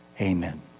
Amen